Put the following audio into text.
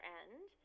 end